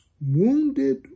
Wounded